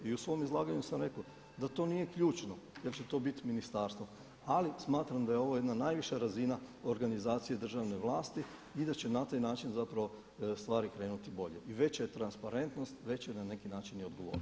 I u svom izlaganju sam rekao da to nije ključno jel' će to biti ministarstvo ali smatram da je ovo jedna najviša razina organizacije državne vlasti i da će na taj način zapravo stvari krenuti bolje i veća je transparentnost, veća je na neki način i odgovornost.